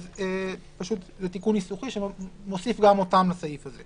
זה תיקון ניסוחי שנוסיף גם אותם לסעיף הזה.